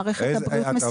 מערכת הבריאות מסודרת.